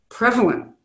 prevalent